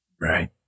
Right